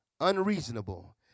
unreasonable